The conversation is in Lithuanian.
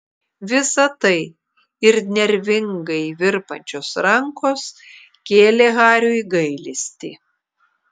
visa tai ir nervingai virpančios rankos kėlė hariui gailestį